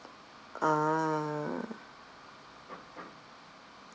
ah